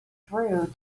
through